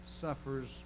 suffers